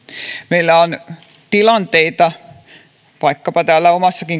meillä on tilanteita vaikkapa täällä omassa